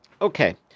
Okay